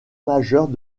majeures